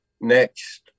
next